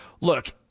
look